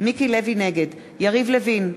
נגד יריב לוין,